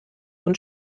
und